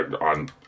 on